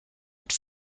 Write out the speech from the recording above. mit